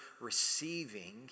receiving